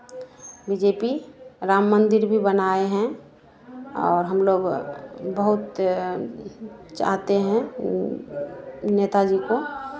B J P Ram मंदिर भी बनाए हैं और हम लोग बहुत चाहते हैं नेता जी को